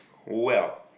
well